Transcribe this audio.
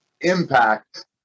impact